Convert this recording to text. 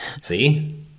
See